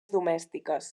domèstiques